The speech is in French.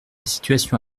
situation